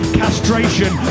castration